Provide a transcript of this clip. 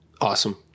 Awesome